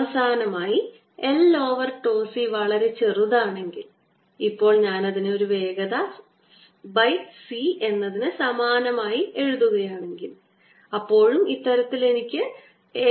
അവസാനമായി L over C τ വളരെ ചെറുതാണെങ്കിൽ ഇപ്പോൾ ഞാനതിനെ ഒരു വേഗത by C എന്നതിന് സമാനമായി എഴുതുകയാണെങ്കിൽ അപ്പോഴും ഇത്തരത്തിൽ എനിക്ക് ഇത്തരത്തിൽ ഏകദേശ കണക്കായി ചെയ്യാം